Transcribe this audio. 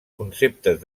conceptes